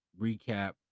recap